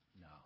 No